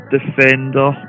Defender